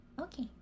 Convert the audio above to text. Okay